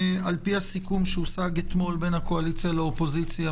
על-פי הסיכום שהושג אתמול בין הקואליציה לאופוזיציה,